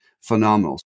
phenomenal